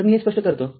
तर मी हे स्पष्ट करतो